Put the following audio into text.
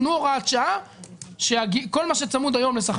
תנו הוראת שעה שכל מה שצמוד היום לשכר